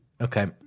Okay